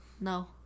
No